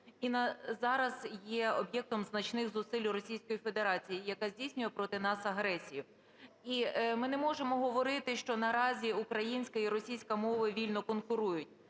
на зараз є об'єктом значних зусиль у Російської Федерації, яка здійснює проти нас агресію. І ми не можемо говорити, що наразі українська і російська мови вільно конкурують.